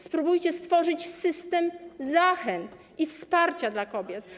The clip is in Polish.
Spróbujcie stworzyć system zachęt i wsparcia dla kobiet.